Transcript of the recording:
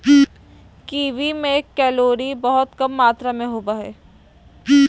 kiwi में calorie बहुत कम मात्र में होबो हइ